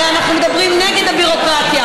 הרי אנחנו מדברים נגד הביורוקרטיה,